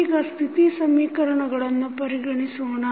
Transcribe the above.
ಈಗ ಸ್ಥಿತಿ ಸಮೀಕರಣಗಳನ್ನು ಪರಿಗಣಿಸೋಣ